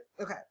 okay